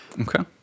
Okay